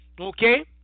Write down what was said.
Okay